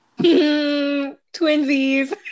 Twinsies